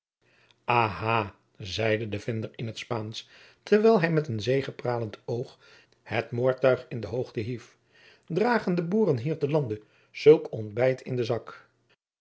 aha zeide de vinder in t spaansch terwijl hij met een zegepralend oog het moordtuig in de hoogte hief dragen de boeren hier te lande zulk ontbijt in den zak